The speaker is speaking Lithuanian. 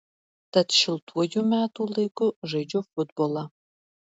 tad šiltuoju metų laiku žaidžiu futbolą